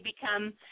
become